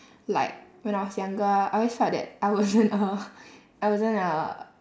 like when I was younger I always felt that I wasn't a I wasn't a